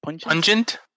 Pungent